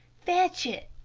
fetch it.